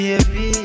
Baby